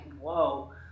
whoa